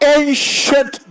ancient